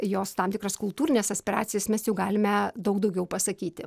jos tam tikras kultūrines aspiracijas mes jau galime daug daugiau pasakyti